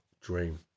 dream